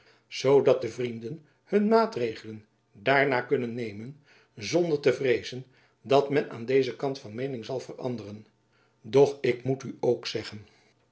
zoodat de vrienden hun maatregelen daarnaar kunnen nemen zonder te vreezen dat men aan dezen kant van meening zal veranderen doch ik moet u ook zeggen